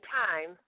time